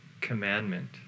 commandment